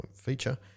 feature